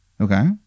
Okay